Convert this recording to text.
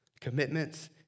commitments